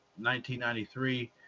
1993